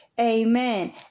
Amen